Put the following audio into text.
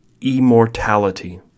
immortality